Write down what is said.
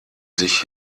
sich